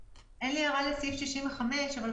נמנעים, סעיף 65 אושר.